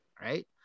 Right